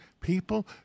people